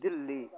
Delhi